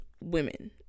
women